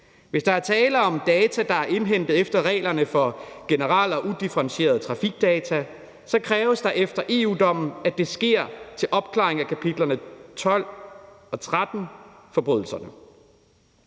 Hvis der er tale om data, der er indhentet efter reglerne for generel og udifferentieret trafikdata, kræves der efter EU-dommen, at det sker til opklaring af forbrydelser